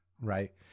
right